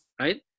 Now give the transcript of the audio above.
right